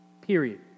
Period